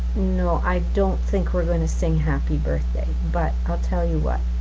no, i don't think we're gonna sing happy birthday, but i'll tell you what,